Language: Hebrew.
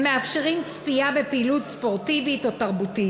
הם מאפשרים צפייה בפעילות ספורטיבית או תרבותית.